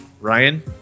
Ryan